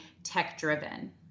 Tech-driven